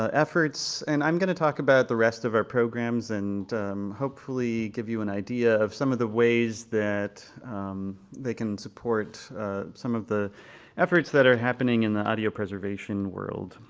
ah efforts. and i'm going to talk about the rest of our programs, and hopefully give you an idea of some of the ways that they can support some of the efforts that are happening in the audio preservation world.